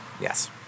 Yes